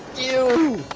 you!